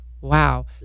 wow